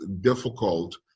difficult